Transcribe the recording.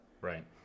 Right